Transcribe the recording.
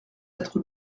être